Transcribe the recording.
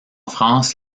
france